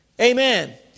Amen